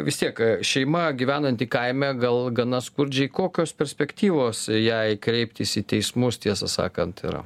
vis tiek šeima gyvenanti kaime gal gana skurdžiai kokios perspektyvos jai kreiptis į teismus tiesą sakant yra